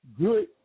good